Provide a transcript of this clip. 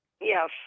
Yes